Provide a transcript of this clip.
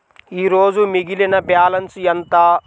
ఈరోజు మిగిలిన బ్యాలెన్స్ ఎంత?